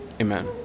Amen